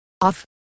off